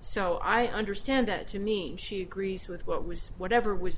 so i understand that you mean she agrees with what was whatever was